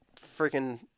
freaking